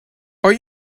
are